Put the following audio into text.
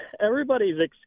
everybody's